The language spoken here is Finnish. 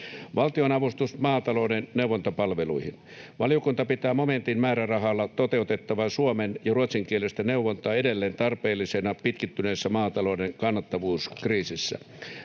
Valtionavustus maatalouden neuvontapalveluihin: Valiokunta pitää momentin määrärahalla toteutettavaa suomen‑ ja ruotsinkielistä neuvontaa edelleen tarpeellisena pitkittyneessä maatalouden kannattavuuskriisissä.